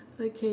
okay